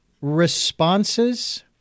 responses